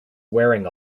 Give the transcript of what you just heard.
wearing